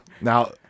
Now